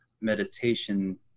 meditation